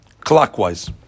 clockwise